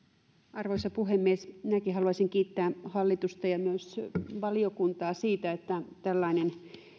arvoisa puhemies minäkin haluaisin kiittää hallitusta ja myös valiokuntaa siitä että tällainen